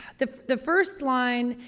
the, the first line.